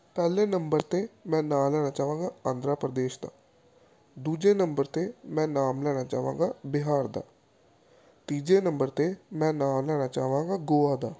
ਪਹਿਲੇ ਨੰਬਰ 'ਤੇ ਮੈਂ ਨਾਂ ਲੈਣਾ ਚਾਹਾਂਗਾ ਆਂਧਰਾ ਪ੍ਰਦੇਸ਼ ਦਾ ਦੂਜੇ ਨੰਬਰ 'ਤੇ ਮੈਂ ਨਾਮ ਲੈਣਾ ਚਾਹਾਂਗਾ ਬਿਹਾਰ ਦਾ ਤੀਜੇ ਨੰਬਰ 'ਤੇ ਮੈਂ ਨਾਂ ਲੈਣਾ ਚਾਹਾਂਗਾ ਗੋਆ ਦਾ